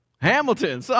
Hamilton